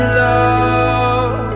love